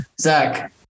Zach